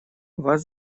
вас